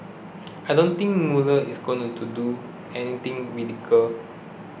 I don't think Mueller is gonna to do anything radical